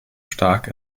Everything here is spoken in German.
stark